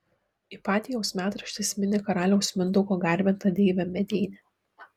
ipatijaus metraštis mini karaliaus mindaugo garbintą deivę medeinę